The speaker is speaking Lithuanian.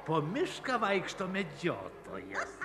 po mišką vaikšto medžiotojas